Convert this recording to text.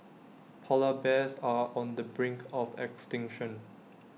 Polar Bears are on the brink of extinction